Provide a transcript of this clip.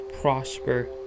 prosper